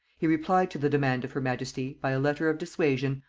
he replied to the demand of her majesty, by a letter of dissuasion,